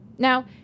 Now